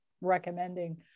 recommending